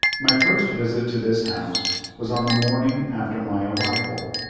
my first visit to this house was on the morning after my arrival,